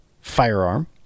firearm